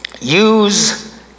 Use